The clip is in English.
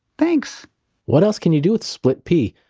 thanks what else can you do with split pea?